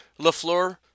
LaFleur